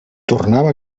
tornava